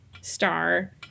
Star